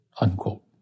unquote